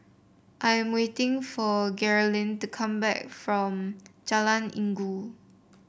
I am waiting for Geralyn to come back from Jalan Inggu